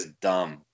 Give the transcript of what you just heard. dumb